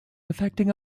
affecting